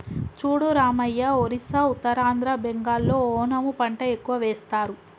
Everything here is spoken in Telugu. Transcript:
చూడు రామయ్య ఒరిస్సా ఉత్తరాంధ్ర బెంగాల్లో ఓనము పంట ఎక్కువ వేస్తారు